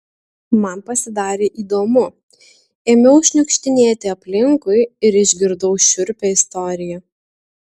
man pasidarė įdomu ėmiau šniukštinėti aplinkui ir išgirdau šiurpią istoriją